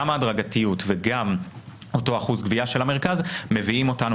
הדרגתיות ואחוז גבייה של המרכז מביאים אותנו